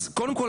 אז קודם כל,